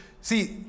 see